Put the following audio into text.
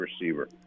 receiver